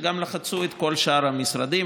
וגם לחצו את כל שאר המשרדים.